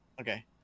okay